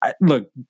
Look